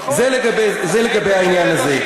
זה לגבי העניין הזה.